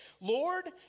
Lord